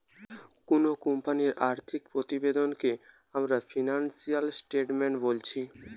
কুনো কোম্পানির আর্থিক প্রতিবেদনকে আমরা ফিনান্সিয়াল স্টেটমেন্ট বোলছি